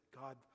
God